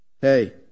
Hey